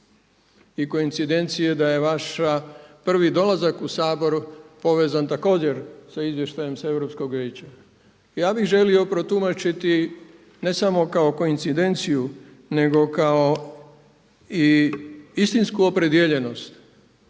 koincidencije da je vaš prvi dolazak u Sabor povezan također sa izvještajem sa Europskog vijeća. Ja bih želio protumačiti ne samo kao koincidenciju nego kao i istinsku opredijeljenost